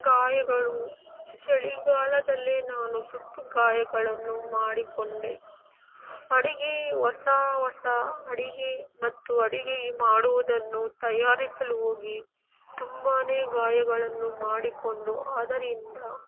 ಗಾಯಗಳು ಚಳಿಗಾಲದಲ್ಲೇ ನಾನು ಸುಟ್ಟು ಗಾಯಗಳನ್ನು ಮಾಡಿಕೊಂಡೆ ಅಡಿಗೆ ಹೊಸ ಹೊಸ ಅಡಿಗೆ ಮತ್ತು ಅಡಿಗೆ ಮಾಡುವುದನ್ನು ತಯಾರಿಸಲು ಹೋಗಿ ತುಂಬಾ ಗಾಯಗಳನ್ನು ಮಾಡಿಕೊಂಡು ಅದರಿಂದ